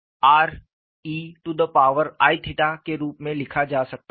और z0rei के रूप में लिखा जा सकता है